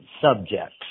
subjects